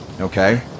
Okay